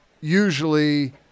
usually